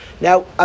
Now